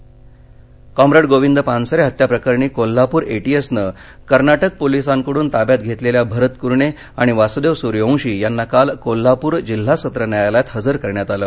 पानसरे हत्या कॉप्रेड गोविंद पानसरे हत्या प्रकरणी कोल्हापूर एटीएसनं कर्नाटक पोलीसांकडून ताब्यात घेतलेल्या भरत कुरणे आणि वासुदेव सुर्यवशी यांना काल कोल्हापूर जिल्हा सत्र न्यायालयात हजर करण्यात आलं